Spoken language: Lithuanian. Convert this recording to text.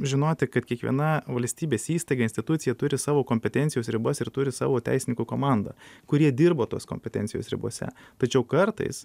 žinoti kad kiekviena valstybės įstaiga institucija turi savo kompetencijos ribas ir turi savo teisininkų komandą kurie dirba tos kompetencijos ribose tačiau kartais